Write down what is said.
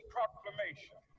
Proclamation